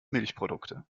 milchprodukte